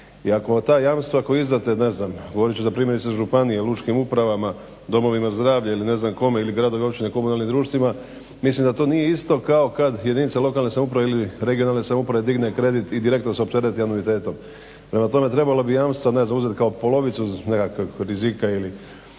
I ako ta jamstva koja izdate, ne znam govorit ću za primjerice županije, lučkim upravama, domovima zdravlja ili ne znam kome ili gradovima, općine, komunalnim društvima mislim da to nije isto kao kad jedinica lokalne samouprave ili regionalne samouprave digne kredit i direktno se optereti anuitetom. Prema tome, trebalo bi jamstva ne znam uzet kao polovicu nekakvih rizika,